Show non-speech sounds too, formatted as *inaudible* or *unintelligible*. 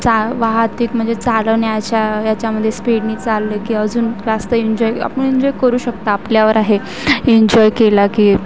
*unintelligible* वाहतूक म्हणजे चालवण्याच्या ह्याच्यामध्ये स्पीडने चालले की अजून जास्त एन्जॉय आपण एन्जॉय करू शकतो आपल्यावर आहे एन्जॉय केला की